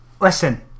listen